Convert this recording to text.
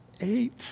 eight